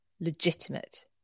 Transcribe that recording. legitimate